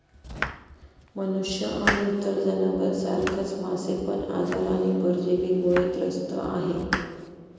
मनुष्य आणि इतर जनावर सारखच मासे पण आजार आणि परजीवींमुळे त्रस्त आहे